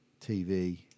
TV